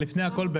לפני הכול,